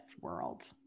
world